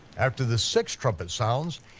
after the sixth trumpet sounds,